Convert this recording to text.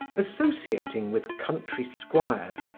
associating with country squires,